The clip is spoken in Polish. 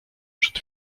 przed